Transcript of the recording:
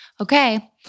Okay